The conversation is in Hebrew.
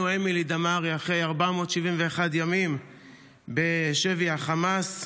אמילי דמארי אחרי 471 ימים בשבי החמאס.